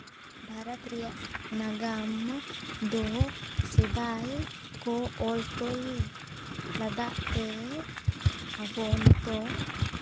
ᱵᱷᱟᱨᱚᱛ ᱨᱮᱭᱟᱜ ᱱᱟᱜᱟᱢ ᱫᱚ ᱥᱮᱫᱟᱭ ᱠᱚ ᱚᱞ ᱛᱚᱞ ᱞᱮᱫᱛᱮ ᱟᱵᱚ ᱱᱤᱛᱚᱜ